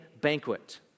banquet